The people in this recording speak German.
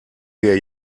wir